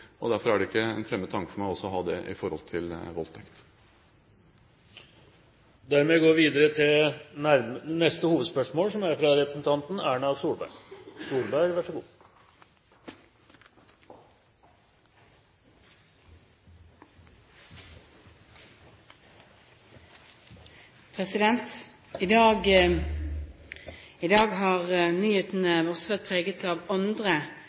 og mobbing. Derfor er det ikke en fremmed tanke for meg også å ha det når det gjelder voldtekt. Vi går til neste hovedspørsmål. I dag har nyhetene også vært preget av andre dårlige nyheter for Norge. 700 mennesker har